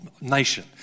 nation